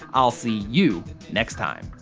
i'll see you next time.